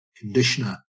conditioner